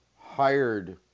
hired